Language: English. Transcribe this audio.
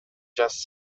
just